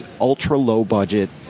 ultra-low-budget